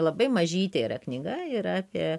labai mažytė yra knyga yra apie